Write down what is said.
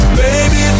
baby